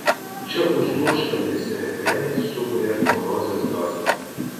čia užlūžtantys refrenai sukuria neurozės dozę